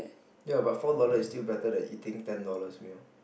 ya but four dollars is still better than eating ten dollars meal